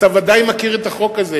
אתה ודאי מכיר את החוק הזה,